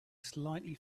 slightly